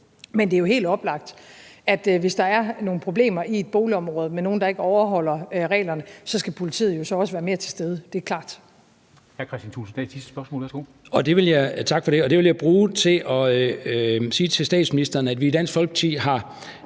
men det er jo helt oplagt, at hvis der er nogen problemer i et boligområde med nogle, der ikke overholder reglerne, skal politiet jo så også være mere til stede; det er klart.